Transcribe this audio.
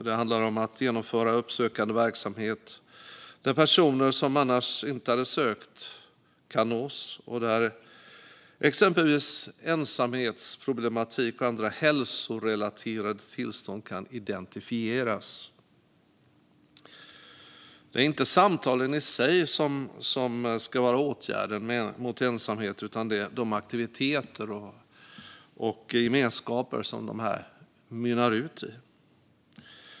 Det handlar om att genomföra uppsökande verksamhet där personer som annars inte hade sökt stöd kan nås och där exempelvis ensamhetsproblematik och andra hälsorelaterade tillstånd kan identifieras. Det är inte samtalen i sig som ska utgöra åtgärden mot ensamhet utan de aktiviteter och gemenskaper som de mynnar ut i.